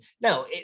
No